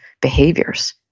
behaviors